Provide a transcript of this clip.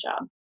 job